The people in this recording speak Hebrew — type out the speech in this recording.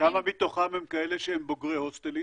וכמה מתוכם הם כאלה שהם בוגרי הוסטלים?